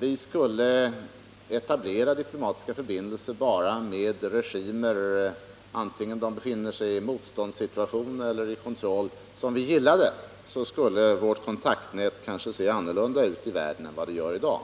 vi skulle etablera diplomatiska förbindelser bara med regimer som vi gillar, vare sig de befinner sig i motståndseller kontrollsituation, skulle vårt kontaktnät i världen kanske se annorlunda ut än det gör i dag.